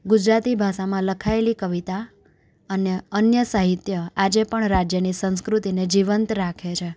ગુજરાતી ભાષામાં લખાયેલી કવિતા અને અન્ય સાહિત્ય આજે પણ રાજ્યની સંસ્કૃતિને જીવંત રાખે છે